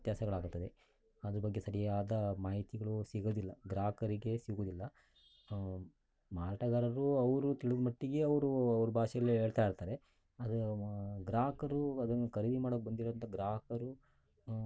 ವ್ಯತ್ಯಾಸಗಳಾಗುತ್ತದೆ ಅದ್ರ ಬಗ್ಗೆ ಸರಿಯಾದ ಮಾಹಿತಿಗಳು ಸಿಗೋದಿಲ್ಲ ಗ್ರಾಹಕರಿಗೆ ಸಿಗೋದಿಲ್ಲ ಮಾರಾಟಗಾರರು ಅವರು ತಿಳಿದ ಮಟ್ಟಿಗೆ ಅವರು ಅವ್ರ ಭಾಷೆಯಲ್ಲೇ ಹೇಳ್ತಾಯಿರ್ತಾರೆ ಆದರೆ ಗ್ರಾಹಕರು ಅದನ್ನು ಖರೀದಿ ಮಾಡೋಕೆ ಬಂದಿರುವಂಥ ಗ್ರಾಹಕರು